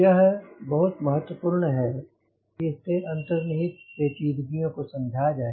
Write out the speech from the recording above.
यह बहुत महत्वपूर्ण है कि इसके अंतर्निहित पेचीदगियों को समझा जाए